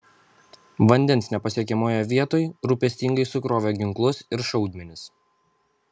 vandens nepasiekiamoje vietoj rūpestingai sukrovė ginklus ir šaudmenis